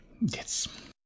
Yes